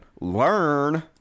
learn